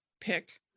pick